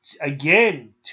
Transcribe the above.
again